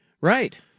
Right